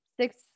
six